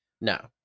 No